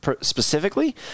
specifically